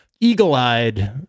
Eagle-eyed